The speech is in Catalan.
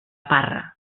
parra